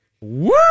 Woo